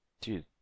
Dude